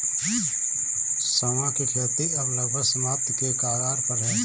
सांवा की खेती अब लगभग समाप्ति के कगार पर है